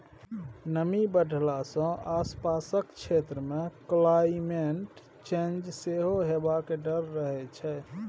नमी बढ़ला सँ आसपासक क्षेत्र मे क्लाइमेट चेंज सेहो हेबाक डर रहै छै